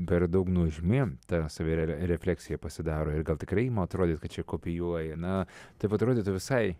per daug nuožmi ta savirefleksija pasidaro ir gal tikrai ima atrodyti kad čia kopijuoji na taip atrodytų visai